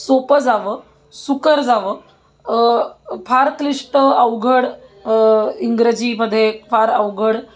सोपं जावं सुकर जावं फार क्लिष्ट अवघड इंग्रजीमध्ये फार अवघड